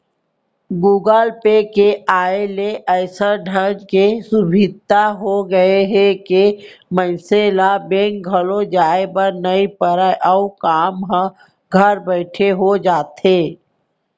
Google Pay के आय ले अइसन ढंग के सुभीता हो गए हे के मनसे ल बेंक घलौ जाए बर नइ परय अउ काम ह घर बइठे हो जाथे